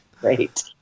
Great